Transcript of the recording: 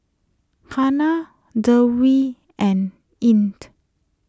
Hana Dewi and Ain